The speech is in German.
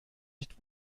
nicht